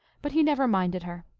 but he never minded her.